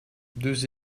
deux